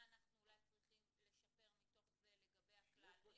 מה אנחנו צריכים אולי לשפר מתוך זה לגבי הכלל.